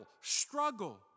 struggle